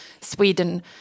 Sweden